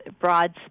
broad